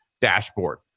dashboard